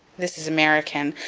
this is american,